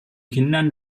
kindern